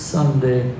Sunday